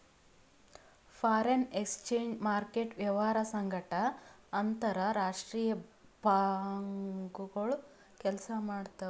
foreign exchange market ವ್ಯವಹಾರ್ ಸಂಗಟ್ ಅಂತರ್ ರಾಷ್ತ್ರೀಯ ಬ್ಯಾಂಕ್ಗೋಳು ಕೆಲ್ಸ ಮಾಡ್ತಾವ್